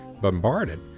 Bombarded